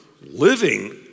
living